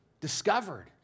discovered